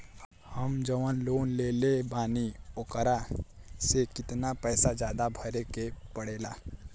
हम जवन लोन लेले बानी वोकरा से कितना पैसा ज्यादा भरे के पड़ेला?